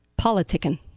politicking